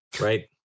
right